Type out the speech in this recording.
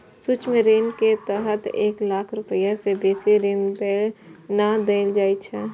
सूक्ष्म ऋण के तहत एक लाख रुपैया सं बेसी ऋण नै देल जाइ छै